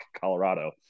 Colorado